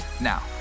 Now